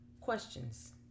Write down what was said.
Questions